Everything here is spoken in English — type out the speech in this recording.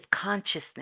consciousness